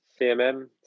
CMM